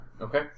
Okay